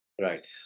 Right